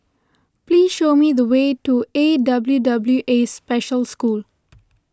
please show me the way to A W W A Special School